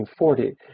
1940